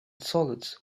solids